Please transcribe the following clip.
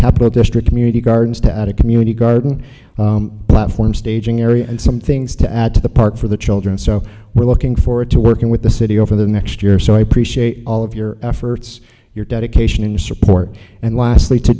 capital district community gardens to add a community garden platform staging area and some things to add to the park for the children so we're looking forward to working with the city over the next year so i appreciate all of your efforts your dedication and support and last